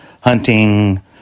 hunting